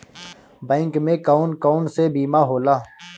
Bank में कौन कौन से बीमा होला?